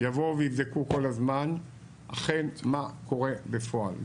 יבואו ויבדקו כל הזמן אכן מה קורה בפועל.